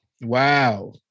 Wow